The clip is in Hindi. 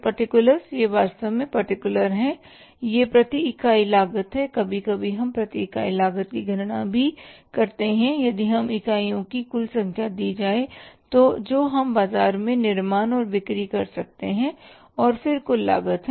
पर्टिकुलर ये वास्तव में पर्टिकुलर हैं यह प्रति इकाई लागत है कभी कभी हम प्रति इकाई लागत की गणना भी करते हैं यदि हमें इकाइयों की कुल संख्या दी जाए जो हम बाजार में निर्माण और बिक्री कर सकते हैं और फिर कुल लागत है